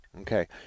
Okay